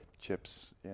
chips